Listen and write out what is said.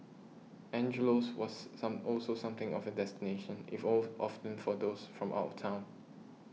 Angelo's was some also something of a destination if of often for those from out of town